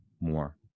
more